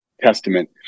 testament